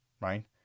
Right